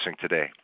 today